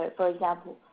but for example,